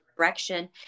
direction